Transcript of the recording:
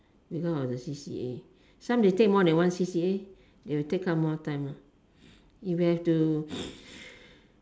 because of the C_C_A some they take more than one C_C_A they will take up more time lah you will have to